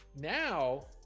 now